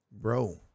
Bro